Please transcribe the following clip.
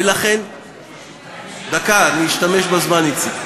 ולכן, יואב, דקה, אני אשתמש בזמן, איציק.